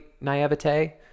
naivete